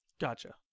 Gotcha